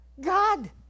God